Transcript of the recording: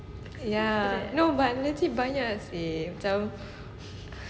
ya no but actually banyak seh macam